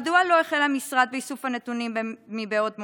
1. מדוע לא החל המשרד באיסוף הנתונים מבעוד מועד?